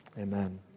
amen